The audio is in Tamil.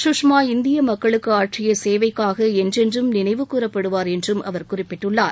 சுஷ்மா இந்திய மக்களுக்கு ஆற்றிய சேவைக்காக என்றென்றும் நினைவு கூரப்படுவார் என்றும் அவர் குறிப்பிட்டுள்ளார்